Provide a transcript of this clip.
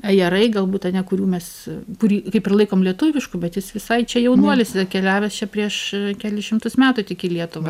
ajerai galbūt ane kurių mes kurį kaip ir laikom lietuvišku bet jis visai čia jaunuolis atkeliavęs čia prieš kelis šimtus metų tik į lietuvą